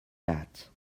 that